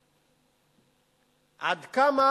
עד כמה